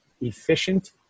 efficient